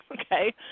Okay